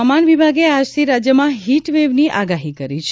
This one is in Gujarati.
હવામાન વિભાગે આજથી રાજ્યમાં હીટવેવની આગાહી કરી છે